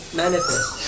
manifest